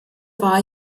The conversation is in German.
war